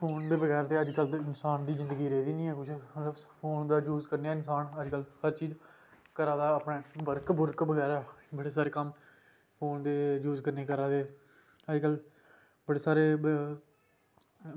phone दे बगैरा इन्सान दी जिंदगी रेही निं ऐ कुछ फोन दा यूज़ करदा इन्सान अज्जकल हर चीज़ घर दा जेह्ड़ा वर्क हर कम्म फोन दे यूज़ कन्नै करा दे अज्जकल बड़े सारे न